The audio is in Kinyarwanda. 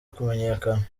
kumenyekana